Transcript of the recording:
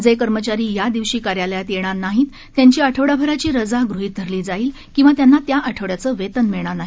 जे कर्मचारी या दिवशी कार्यालयात येणार नाही त्यांची आठवडाभराची रजा गृहित धरली जाईल किंवा त्यांना त्या आठवड्याचे वेतन मिळणार नाही